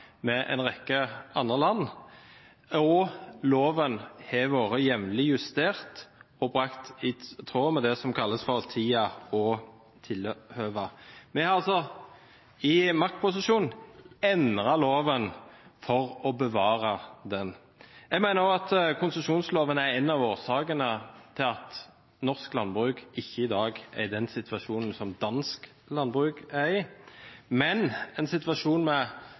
tråd med det som kalles for «tida og tilhøva». Vi har altså i maktposisjon endret loven for å bevare den. Jeg mener også at konsesjonsloven er en av årsakene til at norsk landbruk i dag ikke er i den situasjonen som dansk landbruk er i. Men en situasjon med